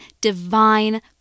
divine